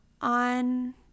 on